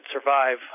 survive